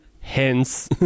Hence